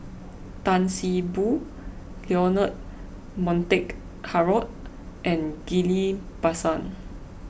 Tan See Boo Leonard Montague Harrod and Ghillie Basan